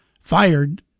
fired